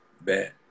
Bad